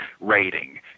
rating